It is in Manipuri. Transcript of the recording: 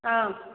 ꯑꯥ